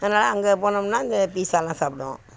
அதனால் அங்கே போனோம்ன்னா இந்த பீசாலாம் சாப்பிடுவோம்